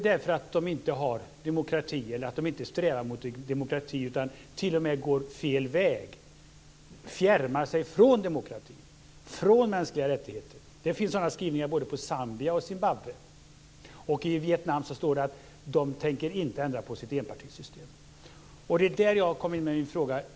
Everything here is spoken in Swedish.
De är inte demokratier eller de strävar inte mot demokrati, utan de kan t.o.m. gå fel väg, dvs. fjärmar sig från demokratin, från mänskliga rättigheter. Det finns sådana skrivningar om både Zambia och Zimbabwe. Om Vietnam framgår det att man inte tänker ändra på sitt enpartisystem. Här kommer jag in på min fråga.